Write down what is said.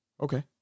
Okay